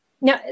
Now